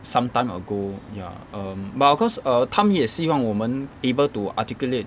sometime ago ya um but of course 他们也希望我们 able to articulate